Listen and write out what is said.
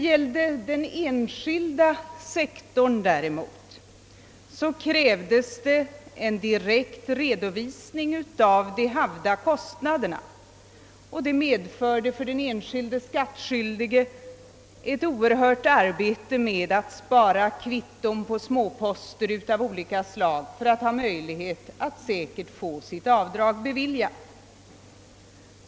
Inom den enskilda sektorn krävdes det däremot en direkt redovisning av de havda kostnaderna, vilket för den enskilde skattskyldige medförde ett betungande arbete med att spara kvitton på småposter av olika slag för att säkert kunna få sitt avdrag beviljat.